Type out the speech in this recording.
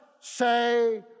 say